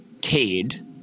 Cade